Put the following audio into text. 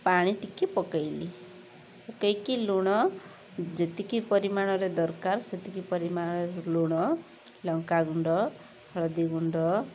ପାଣି ଟିକେ ପକାଇଲି ପକାଇକି ଲୁଣ ଯେତିକି ପରିମାଣରେ ଦରକାର ସେତିକି ପରିମାଣରେ ଲୁଣ ଲଙ୍କା ଗୁଣ୍ଡ ହଳଦୀ ଗୁଣ୍ଡ